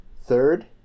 Third